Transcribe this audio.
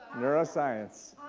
neuroscience?